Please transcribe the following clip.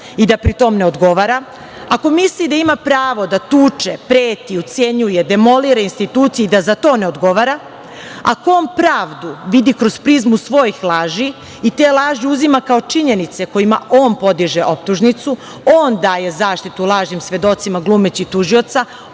i da pri tom ne odgovara, ako misli da ima pravo da tuče, preti, ucenjuje, demolira institucije i da za to ne odgovara, ako on pravdu vidi kroz prizmu svojih laži i te laži uzima kao činjenice, kojima on podiže optužnicu, on daje zaštitu lažnim svedocima glumeći tužioca,